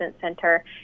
center